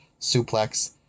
suplex